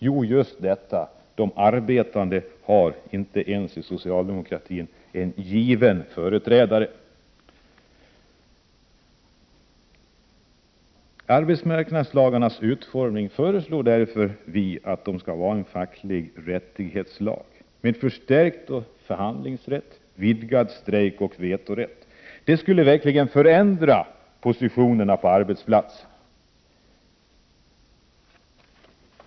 Jo, just detta: de arbetande har inte ensi socialdemokratin en given företrädare. Vi föreslår därför att arbetsmarknadslagarna skall ha utformningen av en facklig rättighetslag med förstärkt förhandlingsrätt, vidgad strejkoch vetorätt. Det skulle verkligen förändra positionerna på arbetsplatsen.